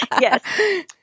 Yes